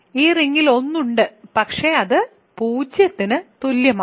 ഈ റിങ്ങിൽ 1 ഉണ്ട് പക്ഷേ അത് 0 ന് തുല്യമാണ്